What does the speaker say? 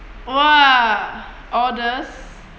!wah! oddest